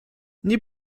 nie